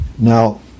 Now